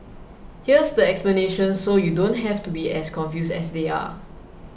here's the explanation so you don't have to be as confused as they are